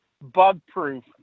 Bug-proof